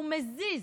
הוא מזיז.